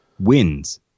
wins